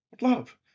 Love